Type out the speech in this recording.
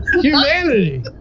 humanity